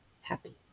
happy